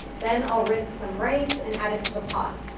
then i'll rinse some rice and add it to the pot.